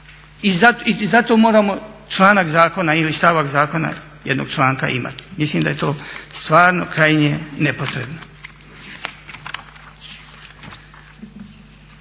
i zato moramo članak zakona ili stavak zakona jednog članka imati. Mislim da je to stvarno krajnje nepotrebno.